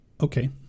Okay